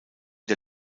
der